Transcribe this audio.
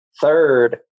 third